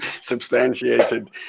substantiated